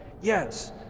yes